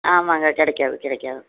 ஆமாங்க கிடைக்காது கிடைக்காது